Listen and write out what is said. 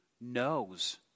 knows